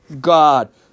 God